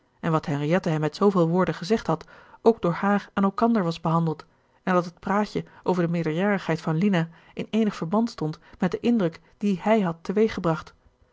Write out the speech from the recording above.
en wat henriette hem met zooveel woorden gezegd had ook door haar aan elkander was behandeld en dat het praatje over de meerderjarigheid van lina in eenig verband stond met den indruk dien hij had teweeggebracht